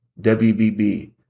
WBB